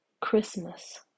Christmas